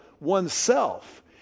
oneself